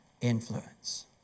influence